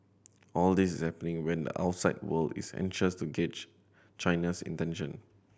all this is happening when the outside world is anxious to gauge China's intention